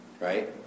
Right